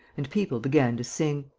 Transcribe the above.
and people began to sing.